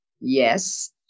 Yes